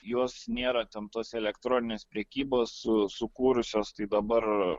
jos nėra ten tos elektroninės prekybos su sukūrusios tai dabar